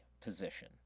position